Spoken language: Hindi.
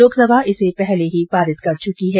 लोक सभा इसे पहले ही पारित कर चुकी है